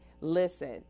Listen